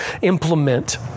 implement